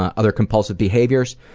ah other compulsive behaviors?